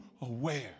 aware